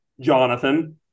Jonathan